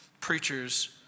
preachers